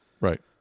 Right